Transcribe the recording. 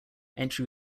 entry